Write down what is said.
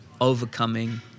Overcoming